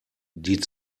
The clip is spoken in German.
die